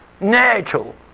natural